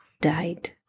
died